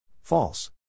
False